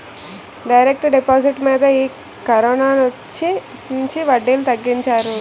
direct deposit మీద ఈ కరోనొచ్చినుంచి వడ్డీలు తగ్గించారు